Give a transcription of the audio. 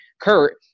Kurt